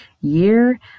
year